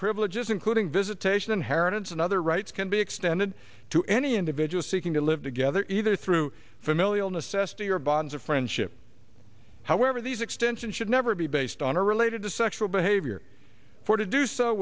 privileges including visitation inheritance and other rights can be extended to any individual seeking to live together either through familial necessity or bonds of friendship however these extensions should never be based on a related to sexual behavior for to do so